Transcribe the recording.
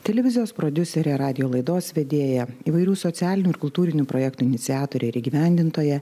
televizijos prodiuserė radijo laidos vedėja įvairių socialinių ir kultūrinių projektų iniciatorė ir įgyvendintoja